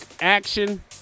action